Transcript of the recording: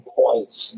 points